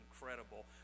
incredible